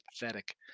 pathetic